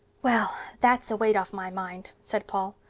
well, that's a weight off my mind, said paul.